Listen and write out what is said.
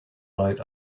night